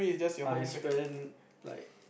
I spend like